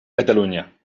catalunya